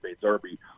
Derby